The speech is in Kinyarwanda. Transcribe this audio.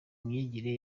myigire